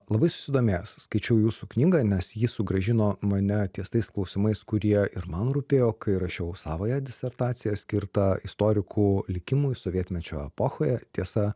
labai susidomėjęs skaičiau jūsų knygą nes ji sugrąžino mane ties tais klausimais kurie ir man rūpėjo kai rašiau savąją disertaciją skirtą istorikų likimui sovietmečio epochoje tiesa